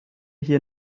hier